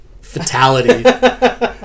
fatality